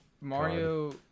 Mario